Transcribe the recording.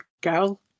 girl